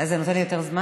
אז זה נותן לי יותר זמן?